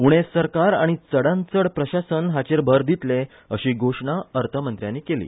उणे सरकार आनी चडांतचड प्रशासन हाचेर भर दितले अशी घोशणा अर्थमंत्र्यानी केली